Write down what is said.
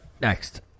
Next